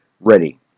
ready